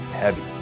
heavy